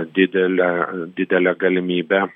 didelę didelę galimybę